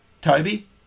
Toby